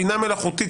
בינה מלאכותית,